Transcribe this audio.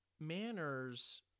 Manners